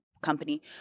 Company